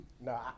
No